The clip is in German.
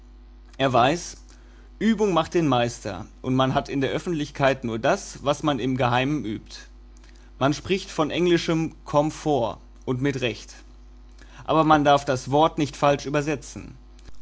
er weiß übung macht den meister und man hat in der öffentlichkeit nur das was man im geheimen übt man spricht von englischem komfort und mit recht aber man darf das wort nicht falsch übersetzen